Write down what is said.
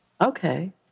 Okay